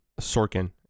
Sorkin